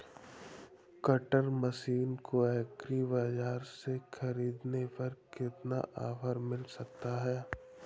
Cutter machine को agri बाजार से ख़रीदने पर कितना ऑफर मिल सकता है?